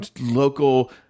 local